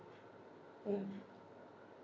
mm